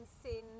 sin